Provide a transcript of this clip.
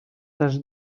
też